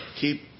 Keep